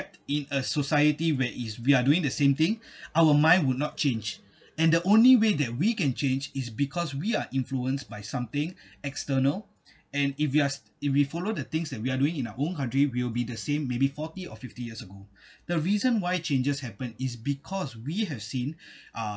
in a society where is we are doing the same thing our mind would not change and the only way that we can change is because we are influenced by something external and if you ask if we follow the things that we're doing in our own country will be the same maybe forty or fifty years ago the reason why changes happen is because we have seen